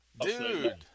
Dude